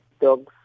dogs